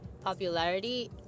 Popularity